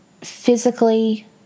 physically